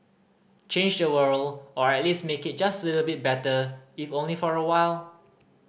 change the world or at least make it just little bit better if only for a while